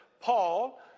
Paul